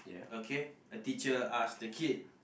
okay a teacher ask the kid